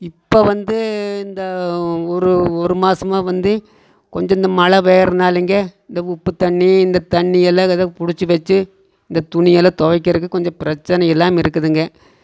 இப்போ வந்து இந்த ஒரு ஒரு மாதமா வந்து கொஞ்சம் இந்த மழை பெய்யறதுனாலைங்க இந்த உப்பு தண்ணி இந்த தண்ணியெலாம் அததை புடிச்சு வச்சு இந்த துணியெலாம் துவைக்கிறதுக்கு கொஞ்சம் பிரச்சினை இல்லாமல் இருக்குதுங்க